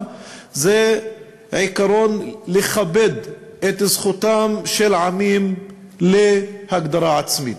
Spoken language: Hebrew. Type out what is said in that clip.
זה העיקרון שיש לכבד את זכותם של עמים להגדרה עצמית,